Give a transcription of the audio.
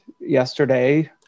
yesterday